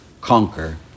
conquer